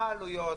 מה העלויות,